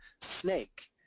snake